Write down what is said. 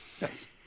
Yes